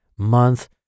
month